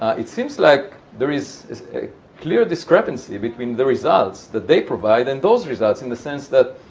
it seems like there is is a clear discrepancy between the results that they provide and those results in the sense that,